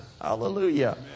Hallelujah